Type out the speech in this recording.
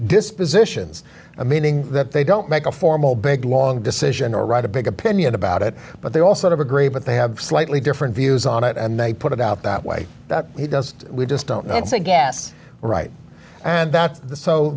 dispositions a meaning that they don't make a formal big long decision or write a big opinion about it but they also have a grave but they have slightly different views on it and they put it out that way that he does we just don't know it's a gas right and that